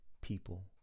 people